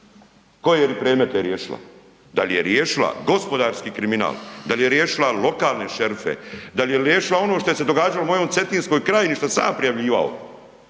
koje je predmete riješila. Da li je riješila gospodarski kriminal, da li je riješila lokalne šerife, da li je riješila ono što je se događalo u mojoj Cetinskoj krajini što sam ja prijavljivao,